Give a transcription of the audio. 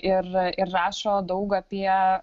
ir ir rašo daug apie